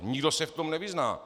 Nikdo se v tom nevyzná.